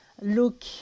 look